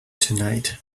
tonight